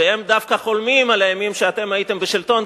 שהם דווקא חולמים על הימים שאתם הייתם בשלטון,